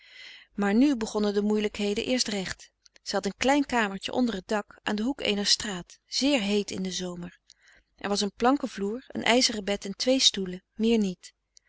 maar nu begonnen de moeielijkheden eerst recht zij had een klein kamertje onder t dak aan den hoek eener straat zeer heet in den zomer er was een planken vloer een ijzeren bed en twee stoelen meer niet